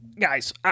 guys